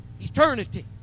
Eternity